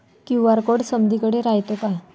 QR code समदीकडे रायतो का?